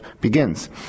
begins